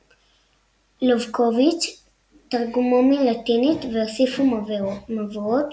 לובקוביץ; תרגמו מלטינית והוסיפו מבואות